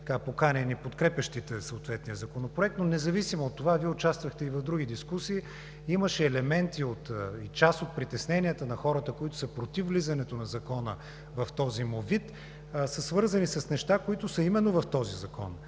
поканени подкрепящите съответния законопроект, но независимо от това Вие участвахте и в други дискусии, и част от притесненията на хората, които са против влизането на Закона в този му вид, са свързани с неща, които са именно в този закон.